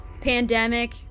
Pandemic